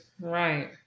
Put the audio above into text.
Right